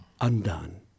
undone